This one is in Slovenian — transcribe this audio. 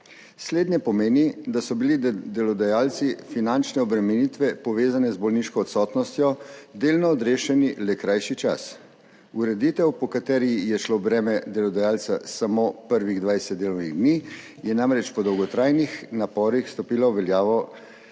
Slednje pomeni, da so bili delodajalci finančne obremenitve, povezane z bolniško odsotnostjo, delno odrešeni le krajši čas. Ureditev, po kateri je šlo v breme delodajalca samo prvih 20 delovnih dni, je namreč po dolgotrajnih naporih stopila v veljavo